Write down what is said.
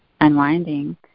unwinding